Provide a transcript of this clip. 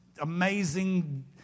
amazing